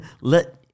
let